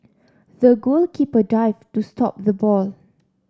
the goalkeeper dived to stop the ball